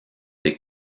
des